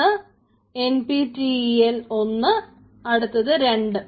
ഒന്ന് NPTEL 1 അടുത്ത് 2